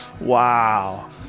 wow